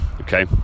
okay